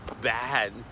bad